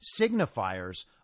signifiers